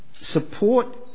Support